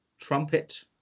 trumpet